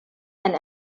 and